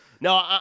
No